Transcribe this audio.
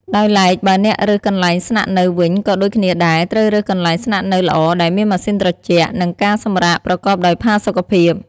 ដោយឡែកបើអ្នករើសកន្លែងស្នាក់នៅវិញក៏ដូចគ្នាដែរ ត្រូវរើសកន្លែងស្នាក់នៅល្អដែលមានម៉ាស៊ីនត្រជាក់ និងការសម្រាកប្រកបដោយផាសុកភាព។